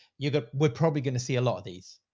you've got, we're probably going to see a lot of these,